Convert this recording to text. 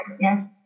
yes